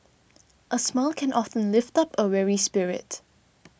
a smile can often lift up a weary spirit